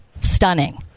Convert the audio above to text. stunning